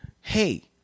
hey